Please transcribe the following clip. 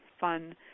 fun